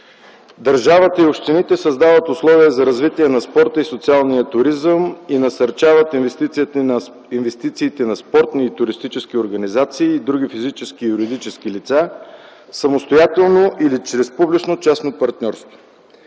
държавата и общините създават условия за развитие на спорта и социалния туризъм и насърчават инвестициите на спортни и туристически организации и други физически и юридически лица – самостоятелно или чрез публично-частно партньорство.